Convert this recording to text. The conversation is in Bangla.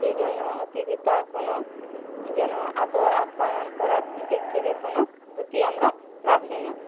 সেই জন্য অতিথি তার কোনো যেন আদর আপ্যায়ন করার দিক থেকে কোনো ত্রুটি আমরা রাখি না